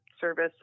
service